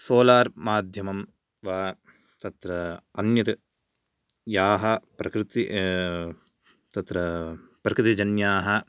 solar माध्यमं वा तत्र अन्यत् याः प्रकृति तत्र प्रकृतिजन्याः